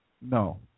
no